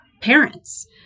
parents